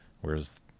Whereas